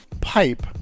pipe